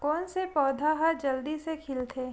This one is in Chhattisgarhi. कोन से पौधा ह जल्दी से खिलथे?